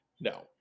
no